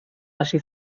hasi